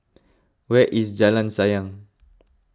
where is Jalan Sayang